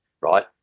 right